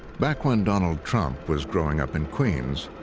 back when donald trump was growing up in queens,